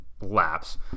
laps